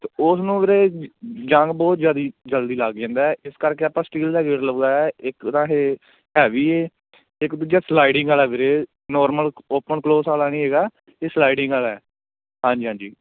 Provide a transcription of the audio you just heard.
ਉਸ ਨੂੰ ਵੀਰੇ ਜੰਗ ਬਹੁਤ ਜ਼ਿਆਦਾ ਜਲਦੀ ਲੱਗ ਜਾਂਦਾ ਹੈ ਇਸ ਕਰਕੇ ਆਪਾਂ ਸਟੀਲ ਦਾ ਗੇਟ ਲਗਵਾਇਆ ਇੱਕ ਤਾਂ ਇਹ ਹੈਵੀ ਹੈ ਇੱਕ ਦੂਜਾ ਸਲਾਈਡਿੰਗ ਵਾਲਾ ਵੀਰੇ ਨੋਰਮਲ ਓਪਨ ਕਲੋਜ਼ ਵਾਲਾ ਨਹੀਂ ਹੈਗਾ ਇਹ ਸਲਾਈਡਿੰਗ ਵਾਲਾ ਹਾਂਜੀ ਹਾਂਜੀ